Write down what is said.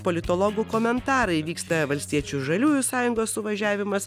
politologų komentarai vyksta valstiečių žaliųjų sąjungos suvažiavimas